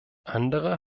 andere